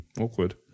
awkward